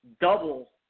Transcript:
double